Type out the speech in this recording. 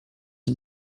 and